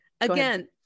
again